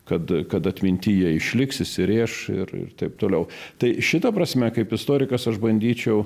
kad kad atmintyje išliks įsirėš ir ir taip toliau tai šita prasme kaip istorikas aš bandyčiau